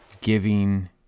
giving